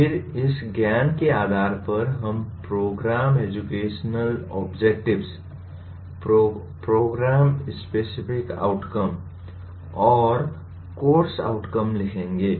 फिर इस ज्ञान के आधार पर हम program educational objectives program specific outcome और कोर्स आउटकम लिखेंगे